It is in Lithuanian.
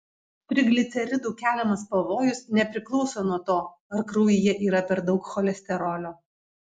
trigliceridų keliamas pavojus nepriklauso nuo to ar kraujyje yra per daug cholesterolio